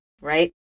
right